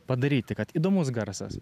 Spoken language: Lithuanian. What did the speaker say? padaryti kad įdomus garsas